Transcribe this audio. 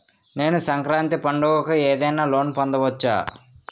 నేను సంక్రాంతి పండగ కు ఏదైనా లోన్ పొందవచ్చా?